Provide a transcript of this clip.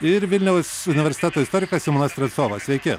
ir vilniaus universiteto istorikas simonas strelcovas sveiki